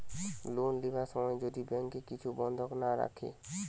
loan লিবার সময় যদি ব্যাংকে কিছু বন্ধক না রাখে